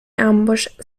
ambush